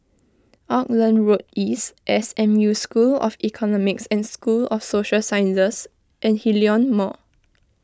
Auckland Road East S M U School of Economics and School of Social Sciences and Hillion Mall